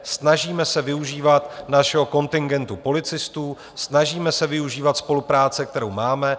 Snažíme se využívat našeho kontingentu policistů, snažíme se využívat spolupráce, kterou máme.